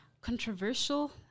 controversial